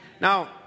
Now